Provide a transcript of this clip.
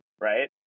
right